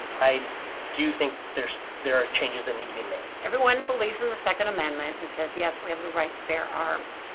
i do think there are changes that need to be made. everyone believes in the second amendment that says, yes, we have the right to bear arms,